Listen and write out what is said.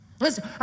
Listen